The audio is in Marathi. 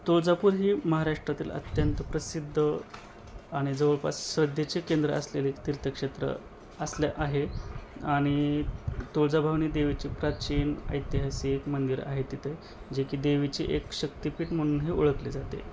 तुळजापूर हे महाराष्ट्रातील अत्यंत प्रसिद्ध आणि जवळपास श्रद्धेचे केंद्र असलेले तीर्थक्षेत्र असले आहे आणि तुळजाभवनी देवीची प्राचीन ऐतिहासिक मंदिर आहे तिथे जे की देवीची एक शक्तिपीठ म्हणूनही ओळखले जाते